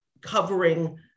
covering